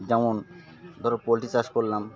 যেমন ধরো পোলট্রি চাষ করলাম